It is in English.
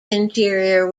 interior